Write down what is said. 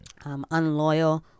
unloyal